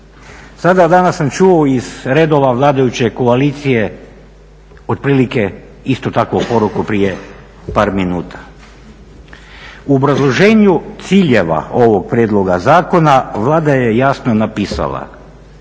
sada, danas sam čuo iz redova vladajuće koalicije otprilike istu takvu poruku prije par minuta. U obrazloženju ciljeva ovog prijedloga Zakona Vlada je jasno napisala